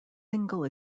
single